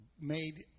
made